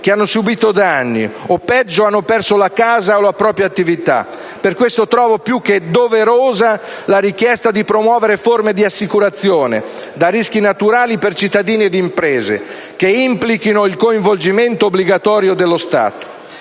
che hanno subito danni o, peggio, hanno perso la casa o la propria attività. Per questo, trovo più che doverosa la richiesta di promuovere forme di assicurazione da rischi naturali per cittadini ed imprese che implichino il coinvolgimento obbligatorio dello Stato.